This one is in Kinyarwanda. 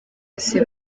yose